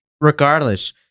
Regardless